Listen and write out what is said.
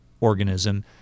organism